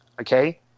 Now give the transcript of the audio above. Okay